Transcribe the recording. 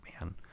man